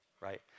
right